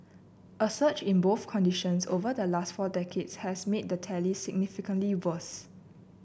a surge in both conditions over the last four decades has made the tally significantly worse